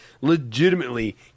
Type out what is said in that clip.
legitimately